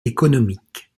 économique